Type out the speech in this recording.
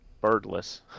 birdless